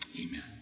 Amen